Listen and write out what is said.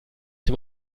dem